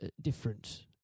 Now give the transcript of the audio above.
different